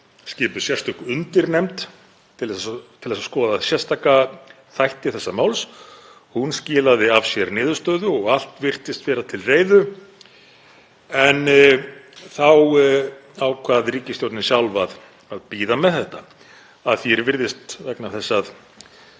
skipuð var sérstök undirnefnd til að skoða sérstaka þætti þessa máls og hún skilaði af sér niðurstöðu og allt virtist vera til reiðu. En þá ákvað ríkisstjórnin sjálf að bíða með þetta, að því er virðist vegna þess að